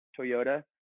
Toyota